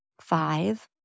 five